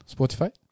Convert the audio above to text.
Spotify